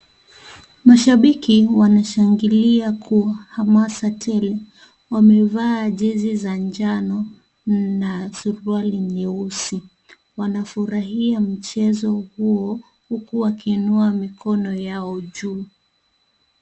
Mashabiki wanashangilia kwa hamasa tele. Wamevaa jezi za njano na suruali nyeusi. Wanafurahia mchezo huo, huku wakiinua mikono yao juu.